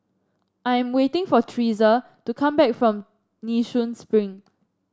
I am waiting for Thresa to come back from Nee Soon Spring